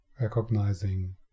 recognizing